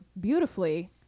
beautifully